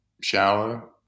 shower